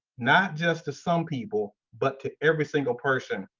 not just to some people but to every single person.